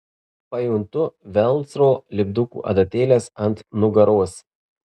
pajuntu velcro lipdukų adatėles ant nugaros